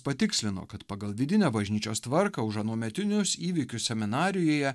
patikslino kad pagal vidinę bažnyčios tvarką už anuometinius įvykius seminarijoje